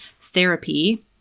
therapy